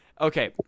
Okay